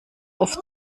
oft